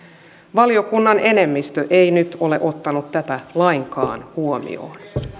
valiokunnan enemmistö ei nyt ole ottanut tätä lainkaan huomioon